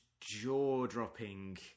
jaw-dropping